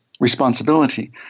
responsibility